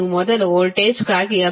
ನೀವು ಮೊದಲು ವೋಲ್ಟೇಜ್ಗಾಗಿvoltage